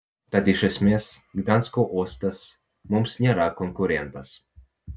tad iš esmės gdansko uostas mums nėra konkurentas